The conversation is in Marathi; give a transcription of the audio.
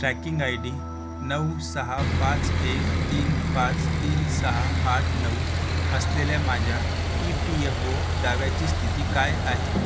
ट्रॅकिंग आय डी नऊ सहा पाच एक तीन पाच तीन सहा आठ नऊ असलेल्या माझ्या ई पी एफ ओ दाव्याची स्थिती काय आहे